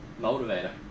motivator